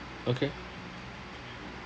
okay